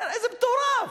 זה מטורף.